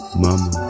mama